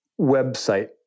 website